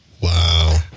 Wow